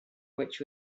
which